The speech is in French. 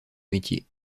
métier